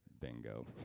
bingo